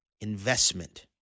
investment